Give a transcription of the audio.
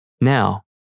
Now